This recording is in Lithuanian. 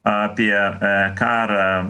apie karą